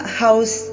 house